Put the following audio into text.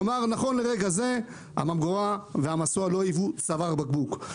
זאת אומרת נכון לרגע זה הממגורה והמסוע לא היוו צוואר בקבוק.